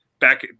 back